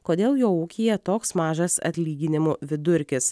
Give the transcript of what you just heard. kodėl jo ūkyje toks mažas atlyginimų vidurkis